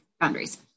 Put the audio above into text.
boundaries